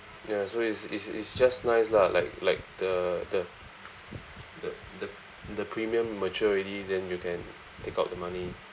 ya so it's it's it's just nice lah like like the the the the the premium mature already then you can take out the money